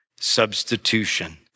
substitution